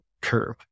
curve